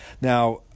Now